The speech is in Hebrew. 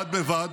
בד בבד,